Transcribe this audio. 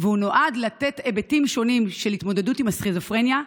הוא נועד לתת היבטים שונים של התמודדות עם סכיזופרניה,